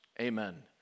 Amen